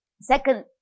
Second